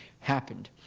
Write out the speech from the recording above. happened.